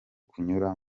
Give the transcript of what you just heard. kunyura